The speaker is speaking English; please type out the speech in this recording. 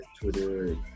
Twitter